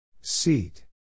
Seat